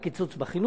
על קיצוץ בחינוך,